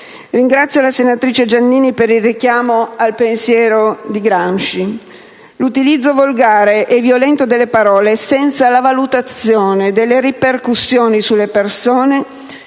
Ringrazio la senatrice Giannini per il richiamo al pensiero di Gramsci. L'utilizzo volgare e violento delle parole, e senza la valutazione delle ripercussioni sulle persone,